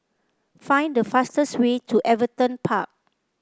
find the fastest way to Everton Park